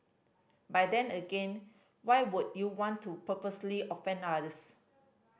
but then again why would you want to purposely offend others